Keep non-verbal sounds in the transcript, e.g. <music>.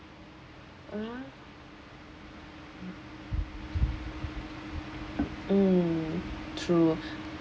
uh mm true <breath>